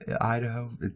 Idaho